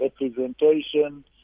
representation